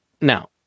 Now